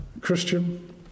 Christian